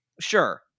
Sure